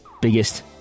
biggest